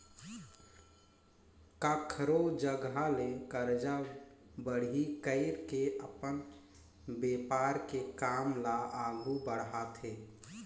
कखरो जघा ले करजा बाड़ही कइर के अपन बेपार के काम ल आघु बड़हाथे